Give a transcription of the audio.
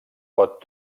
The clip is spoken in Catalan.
pot